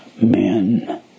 men